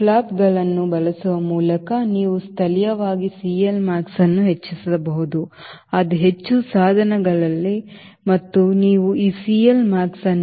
ಫ್ಲಾಪ್ಗಳನ್ನು ಬಳಸುವ ಮೂಲಕ ನೀವು ಸ್ಥಳೀಯವಾಗಿ CLmax ಅನ್ನು ಹೆಚ್ಚಿಸಬಹುದು ಅದು ಹೆಚ್ಚು ಸಾಧನಗಳಲ್ಲ ಮತ್ತು ನೀವು ಈ CLmax ಅನ್ನು 1